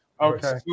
okay